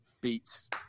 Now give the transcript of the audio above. beats